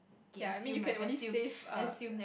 ya I mean you can only save err